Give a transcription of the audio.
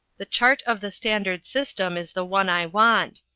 the chart of the standard system is the one i want.